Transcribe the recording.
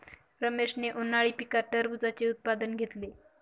रमेशने उन्हाळी पिकात टरबूजाचे उत्पादन घेतले